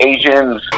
Asians